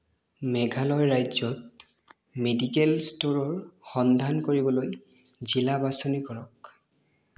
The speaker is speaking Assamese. মেঘালয় ৰাজ্যত মেডিকেল ষ্ট'ৰৰ সন্ধান কৰিবলৈ জিলা বাছনি কৰক